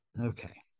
okay